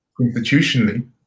constitutionally